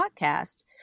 podcast